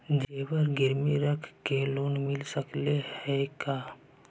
जेबर गिरबी रख के लोन मिल सकले हे का?